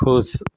खुश